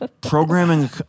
programming